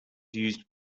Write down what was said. used